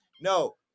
No